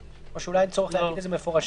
או אולי אין צורך להגיד את זה במפורש.